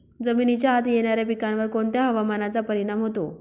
जमिनीच्या आत येणाऱ्या पिकांवर कोणत्या हवामानाचा परिणाम होतो?